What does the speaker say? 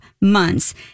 months